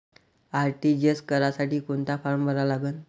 RTGS करासाठी कोंता form भरा लागन?